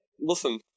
listen